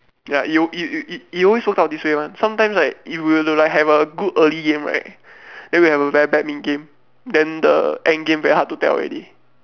ya it would be it it it always work out this way [one] sometimes like if you were to have a good early game right then we will have a very bad mid game then the end game very hard to tell already